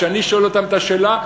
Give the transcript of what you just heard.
כשאני שואל אותם את השאלה,